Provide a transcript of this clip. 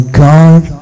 god